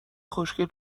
خوشگل